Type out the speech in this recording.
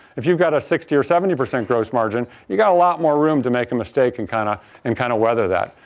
if you got a sixty percent or seventy percent gross margin, you got a lot more room to make a mistake and kind of and kind of weather that.